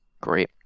Great